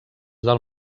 del